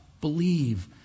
Believe